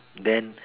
then